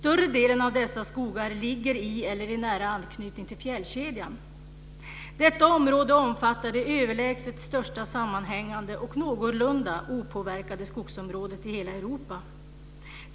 Större delen av dessa skogar ligger i eller i nära anslutning till fjällkedjan. Detta område omfattar det överlägset största sammanhängande och någorlunda opåverkade skogsområdet i hela Europa.